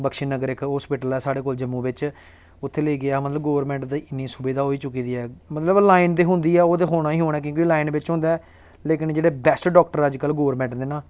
बक्शी नगर इक हस्पिटल ऐ साढ़े कोल जम्मू बिच्च उत्थें लेइयै गेआ हा मतलब गौरमैंट दी इन्नी सुविधा होई चुकी दी ऐ मतलब लाइन ते होंदी ऐ ओह् ते होनी गै होनी ऐ क्योंकि लाइन बिच्च होंदा लेकिन जेह्ड़े बैस्ट डाक्टर अज्जकल गौरमैंट दे ना